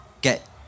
get